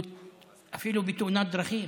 אפילו בתאונת דרכים,